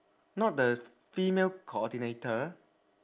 not the female coordinator